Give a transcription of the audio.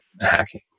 hacking